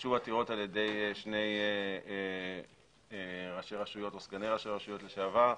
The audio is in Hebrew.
הוגשו עתירות על-ידי שני סגני ראשי רשויות לשעבר,